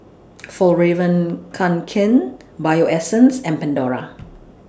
Fjallraven Kanken Bio Essence and Pandora